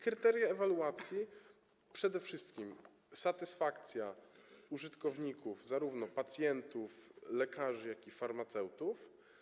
Kryteria ewaluacji to przede wszystkim satysfakcja użytkowników, zarówno pacjentów, lekarzy, jak i farmaceutów.